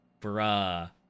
Bruh